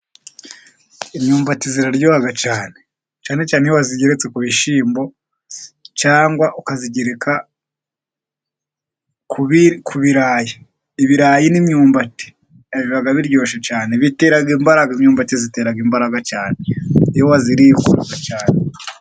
Imyumbati iraryoha cyane. Cyane cyane iyo wayigeretse ku bishyimbo cyangwa ukayigereka ku birayi n'imyumbati biba biryoshye cyane. Bitera imbaraga. Imyumbati itera imbaraga cyane iyo wayiriye kururwa cyane